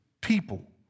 people